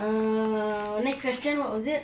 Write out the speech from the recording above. err next question what was it